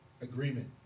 Agreement